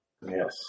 Yes